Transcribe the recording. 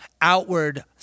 outward